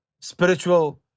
spiritual